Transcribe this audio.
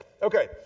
Okay